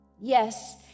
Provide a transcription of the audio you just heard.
Yes